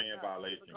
violation